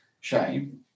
shame